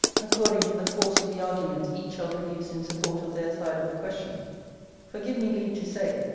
according to the force of the arguments each shall produce in support of their side of the question for give me leave to say,